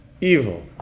evil